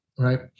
Right